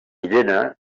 irene